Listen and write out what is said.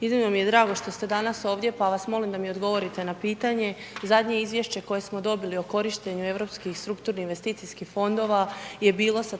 iznimno mi je drago što ste danas ovdje pa vas molim da mi odgovorite na pitanje, zadnje izvješće koje smo dobili o korištenju Europskih strukturnih investicijskih fondova je bilo sa